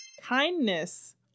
kindness